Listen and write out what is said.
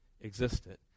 existed